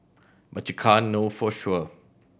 but you can't know for sure